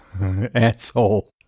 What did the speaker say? asshole